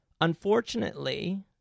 unfortunately